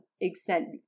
extent